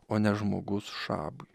o ne žmogus šabui